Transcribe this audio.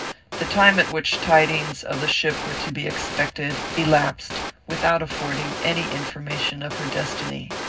the time at which tidings of the ship were to be expected elapsed without affording any information of her destiny.